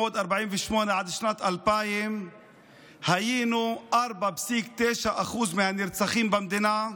עד שנת 2000 היינו 4.9% מהנרצחים במדינה,